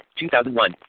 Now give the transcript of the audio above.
2001